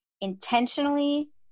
intentionally